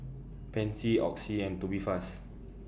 Pansy Oxy and Tubifast